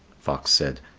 fox said,